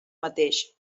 mateix